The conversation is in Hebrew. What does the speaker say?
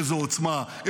איזו עוצמה.